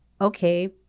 okay